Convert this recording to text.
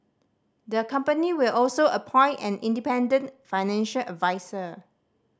the company will also appoint an independent financial adviser